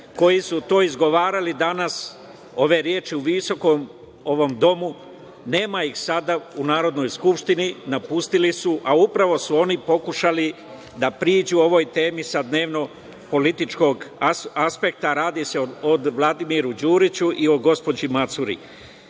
koji su to izgovarali danas, ove reči u Visokom domu, nema ih sada u Narodnoj skupštini, napustili su, a upravo su oni pokušali da priđu ovoj temi sa dnevno političkog aspekta. Radi se o Vladimiru Đuriću i o gospođi Macuri. Kao